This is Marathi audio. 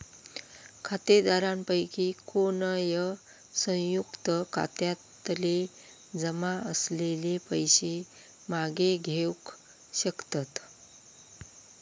खातेधारकांपैकी कोणय, संयुक्त खात्यातले जमा असलेले पैशे मागे घेवक शकतत